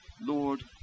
Lord